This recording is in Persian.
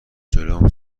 جلوم